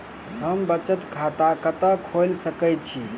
हम बचत खाता कतऽ खोलि सकै छी?